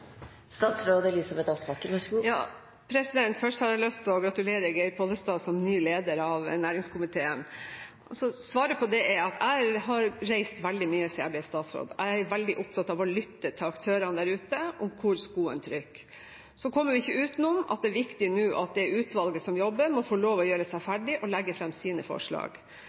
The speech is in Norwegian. statsråd. Jeg er veldig opptatt av å lytte til aktørene der ute om hvor skoen trykker. Så kommer vi ikke utenom at det nå er viktig at det utvalget som jobber, må få lov til å gjøre seg ferdig og legge fram sine forslag.